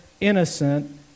innocent